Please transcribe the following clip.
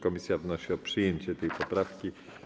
Komisja wnosi o przyjęcie tej poprawki.